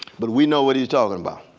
but we know what he's talking about.